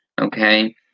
okay